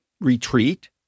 retreat